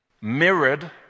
mirrored